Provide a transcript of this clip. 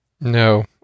No